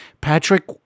Patrick